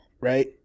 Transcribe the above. right